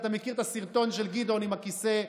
אתה מכיר את הסרטון של גדעון עם הכיסא,